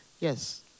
Yes